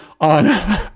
on